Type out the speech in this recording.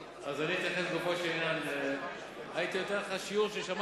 רוצה לספר סיפור, יש בו מוסר השכל.